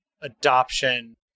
adoption